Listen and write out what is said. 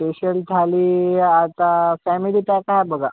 special थाळी आता family pack आहे बघा